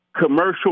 commercial